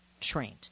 trained